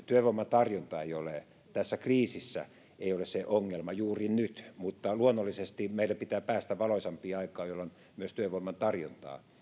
työvoiman tarjonta ei ole se ongelma tässä kriisissä juuri nyt mutta luonnollisesti meidän pitää päästä valoisampaan aikaan jolloin myös työvoiman tarjontaa